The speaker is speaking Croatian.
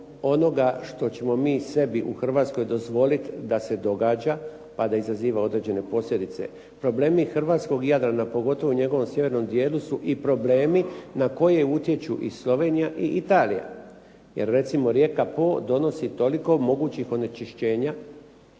onoga što ćemo mi sebi u Hrvatskoj dozvoliti da se događa pa da izaziva određene posljedice. Problemi hrvatskog Jadrana, pogotovo u njegovom sjevernom dijelu su i problemi na koje utječu i Slovenija i Italija. Jer recimo rijeka Po donosi toliko mogućih onečišćenja